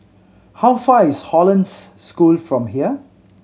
how far is Hollandse School from here